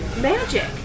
magic